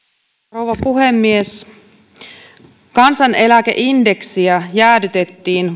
rouva puhemies kansaneläkeindeksiä jäädytettiin